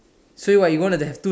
so what you gonna there's two